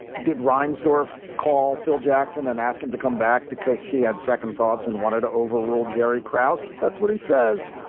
did reinsdorf call phil jackson and ask him to come back because he had second thoughts and wanted to overrule jerry krauss? that's what he says.